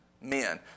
men